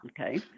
Okay